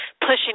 pushing